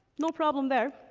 no problem there,